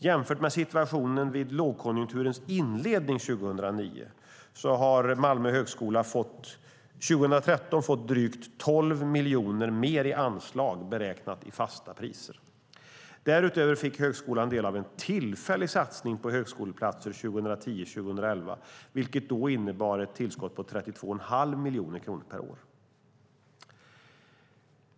Jämfört med situationen vid lågkonjunkturens inledning 2009 har Malmö högskola 2013 fått drygt 12 miljoner kronor mer i anslag beräknat i fasta priser. Därutöver fick högskolan del av en tillfällig satsning på högskoleplatser 2010-2011, vilket då innebar ett tillskott på 32 1⁄2 miljoner kronor per år.